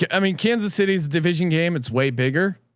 yeah i mean kansas city's division game. it's way bigger,